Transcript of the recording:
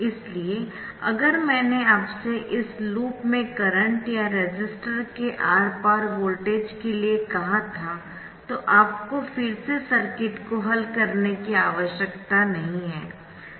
इसलिए अगर मैंने आपसे इस लूप में करंट या रेसिस्टर के आर पार वोल्टेज के लिए कहा था तो आपको फिर से सर्किट को हल करने की आवश्यकता नहीं है